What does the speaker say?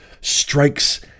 strikes